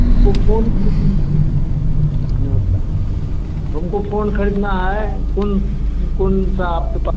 हमको फ़ोन खरीदना था नमस्कार हमको फो खरीदना है कोन कोन सा आपके पास